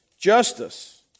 justice